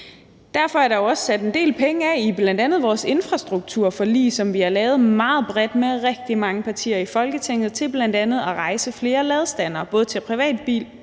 Derfor er der jo også sat en del penge af i bl.a. vores infrastrukturforlig, som vi har lavet meget bredt med rigtig mange partier i Folketinget, til bl.a. at rejse flere ladestandere både til privatbiler,